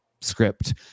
script